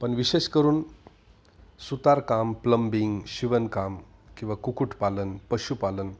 पण विशेष करून सुतारकाम प्लंबिंग शिवणकाम किंवा कुक्कुटपालन पशुपालन